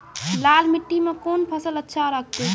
लाल मिट्टी मे कोंन फसल अच्छा लगते?